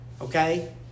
Okay